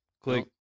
click